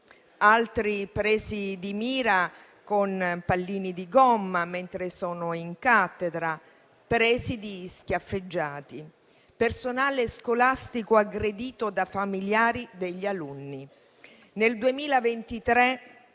altri presi di mira con pallini di gomma mentre sono in cattedra, presidi schiaffeggiati, personale scolastico aggredito da familiari degli alunni. Nel 2023